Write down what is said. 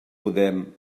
podem